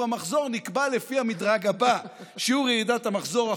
המחזור נקבע לפי המדרג הבא: שיעור ירידת המחזור,